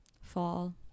fall